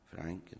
Frank